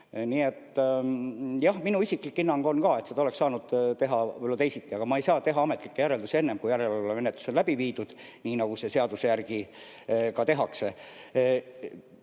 Nii et jah, minu isiklik hinnang on ka, et seda oleks saanud teha teisiti, aga ma ei saa teha ametlikke järeldusi enne, kui järelevalvemenetlus on läbi viidud, nii nagu seda seaduse järgi ka tehakse. Preemia